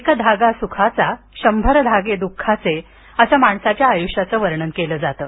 एक धागा सुखाचा शंभर धागे द्ःखाचे असं माणसाच्या आयुष्याचं वर्णन केलं जातं